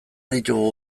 ditugu